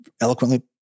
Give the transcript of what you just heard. eloquently